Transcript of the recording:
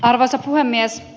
arvoisa puhemies